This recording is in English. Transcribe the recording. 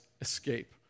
escape